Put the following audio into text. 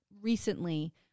recently